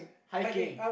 hiking